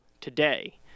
today